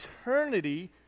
eternity